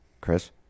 Chris